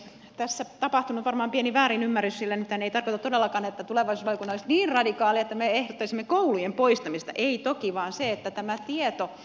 tässä on tapahtunut varmaan pieni väärinymmärrys sillä nythän ei tarkoiteta todellakaan että tulevaisuusvaliokunta olisi niin radikaali että me ehdottaisimme koulujen poistamista ei toki vaan se että tämä tieto